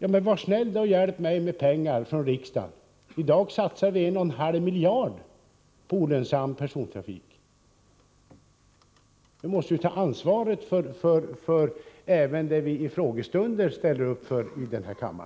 får han vara snäll och hjälpa mig med pengar från riksdagen. Det satsas i dag 1,5 miljarder på olönsam persontrafik. Vi måste ta ansvar även för de krav vi ställer vid frågestunder i denna kammare.